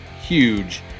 Huge